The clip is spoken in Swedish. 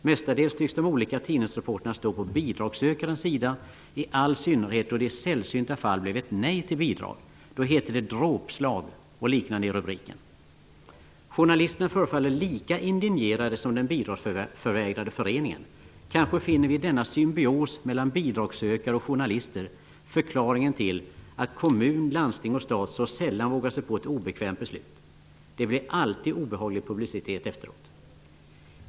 Mestadels tycks de olika tidningsreportrarna stå på bidragssökarens sida, i all synnerhet då det i sällsynta fall blev ett nej till bidrag. Då heter det Journalisterna förefaller lika indignerade som den bidragsförvägrade föreningen. Kanske finner vi i denna symbios mellan bidragssökare och journalister förklaringen till att kommun, landsting och stat så sällan vågar sig på ett obekvämt beslut. Det blir alltid obehaglig publicitet efteråt.